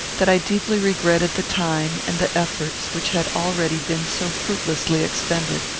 that i deeply regretted the time and the efforts which had already been so fruitlessly expended.